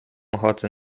ochotę